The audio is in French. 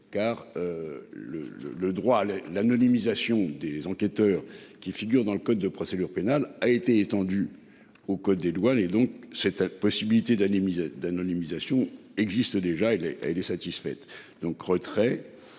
le le droit à l'anonymisation des enquêteurs qui figurent dans le code de procédure pénale a été étendu au code des douanes et donc cette possibilité d'indemniser d'anonymisation existe déjà, elle est, elle est satisfaite donc retrait